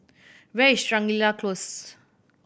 where is Shangri La Close